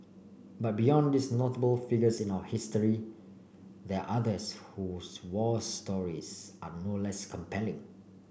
but beyond these notable figures in our history there others whose war stories are no less compelling